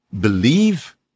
Believe